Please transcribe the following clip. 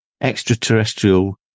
extraterrestrial